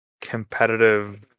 competitive